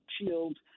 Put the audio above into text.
Shield